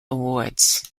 awards